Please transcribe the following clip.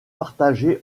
partagé